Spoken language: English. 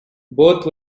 both